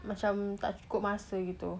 macam tak cukup masa gitu